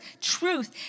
truth